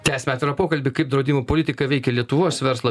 tęsiam atvirą pokalbį kaip draudimų politika veikia lietuvos verslą